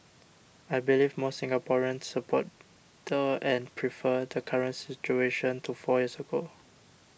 I believe most Singaporeans support the and prefer the current situation to four years ago